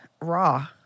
raw